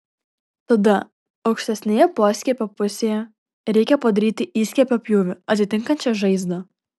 tada aukštesnėje poskiepio pusėje reikia padaryti įskiepio pjūvį atitinkančią žaizdą